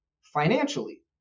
Financially